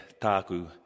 ta'ku